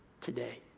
today